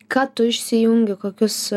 ką tu išsijungi kokius